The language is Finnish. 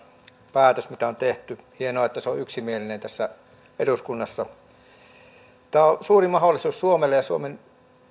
päätös mitä on tehty hienoa että se on yksimielinen tässä eduskunnassa tämä on suuri mahdollisuus suomelle ja suomen